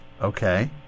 Okay